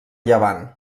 llevant